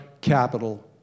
capital